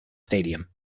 stadium